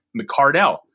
McCardell